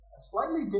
slightly